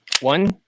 one